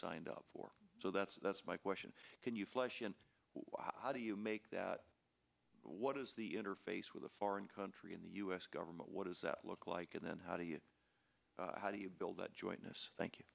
signed up for so that's that's my question can you flesh and how do you make that what is the interface with a foreign country in the u s government what does that look like and then how do you how do you build that jointness thank you